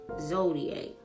Zodiac